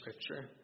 Scripture